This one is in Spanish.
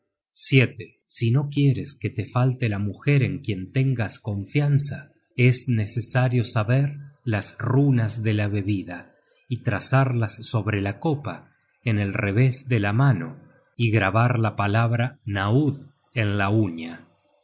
tyr si no quieres que te falte la mujer en quien tengas confianza es necesario saber las runas de la bebida y trazarlas sobre la copa en el revés de la mano y grabar la palabra naud en launa bendice la copa